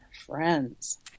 friends